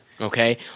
Okay